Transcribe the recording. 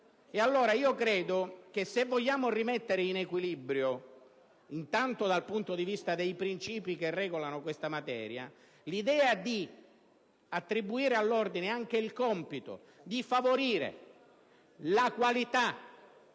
allora che, se vogliamo ridare equilibrio intanto dal punto di vista dei principi che regolano questa materia, l'idea di attribuire all'Ordine anche il compito di favorire la qualità